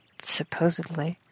supposedly